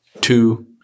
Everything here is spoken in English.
two